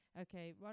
okay